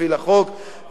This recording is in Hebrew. שותפי לחוק,